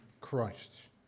Christ